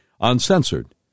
uncensored